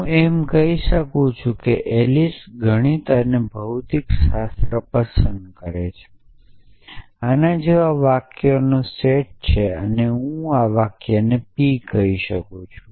હું એમ કહી શકું છું કે "એલિસ ગણિત અને ભૌતિકશાસ્ત્રને પસંદ કરે છે" એના જેવા વાક્યોનો સેટ છે અને હું આ વાક્યને p કહું છું